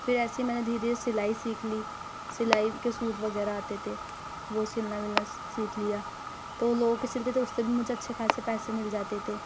پھر ایسے ہی میں نے دھیرے دھیرے سلائی سیکھ لی سلائی کے سوٹ وغیرہ آتے تھے وہ سِلنا ولنا سیکھ لیا تو لوگوں کے سلتے تھے اُس سے بھی مجھے اچھے خاصے پیسے مل جاتے تھے